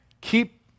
keep